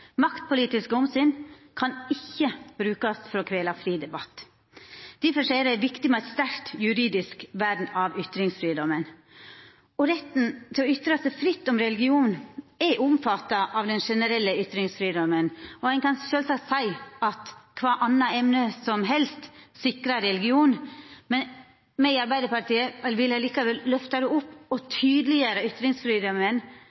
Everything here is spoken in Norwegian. Maktpolitiske omsyn kan ikkje brukast for å kvela fri debatt. Difor er det viktig med eit sterkt juridisk vern av ytringsfridomen. Retten til å ytra seg fritt om religion er omfatta av den generelle ytringsfridomen, og ein kan sjølvsagt seia at «kva anna emne som helst» sikrar religion. Me i Arbeidarpartiet vil likevel løfta det opp og